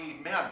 amen